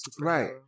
right